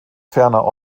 ferner